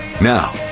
Now